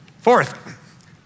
Fourth